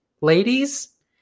Ladies